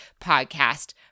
podcast